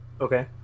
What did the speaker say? Okay